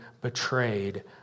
betrayed